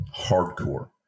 hardcore